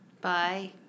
Bye